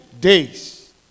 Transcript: days